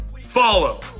Follow